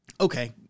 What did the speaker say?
Okay